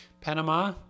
Panama